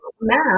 math